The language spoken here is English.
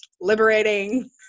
liberating